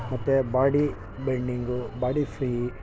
ಮತ್ತೆ body bending body free